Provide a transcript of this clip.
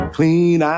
Clean